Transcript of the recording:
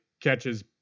catches